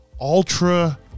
ultra